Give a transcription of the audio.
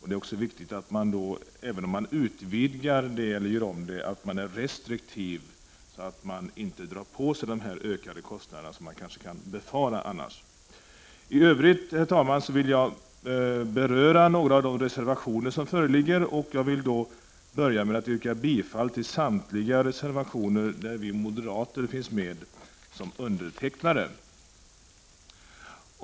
Det är viktigt att man, även om man utvidgar stödet eller gör om det, är restriktiv så att man inte drar på sig ökade kostnader, som kanske kunde befaras annars. Herr talman! I övrigt vill jag beröra några av de reservationer som föreligger. Jag vill börja med att yrka bifall till samtliga reservationer där vi moderater finns med som undertecknare.